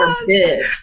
forbid